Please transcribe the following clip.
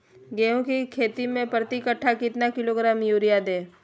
गेंहू की खेती में प्रति कट्ठा कितना किलोग्राम युरिया दे?